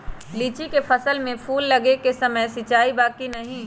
लीची के फसल में फूल लगे के समय सिंचाई बा कि नही?